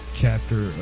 chapter